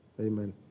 amen